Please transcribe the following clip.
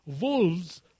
Wolves